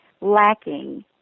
lacking